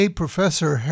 professor